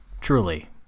Truly